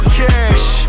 cash